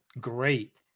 great